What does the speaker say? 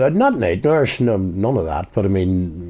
but not nightmares, none none of that. but, i mean,